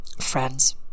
friends